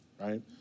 right